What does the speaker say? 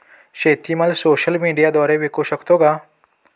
शेतीमाल सोशल मीडियाद्वारे विकू शकतो का?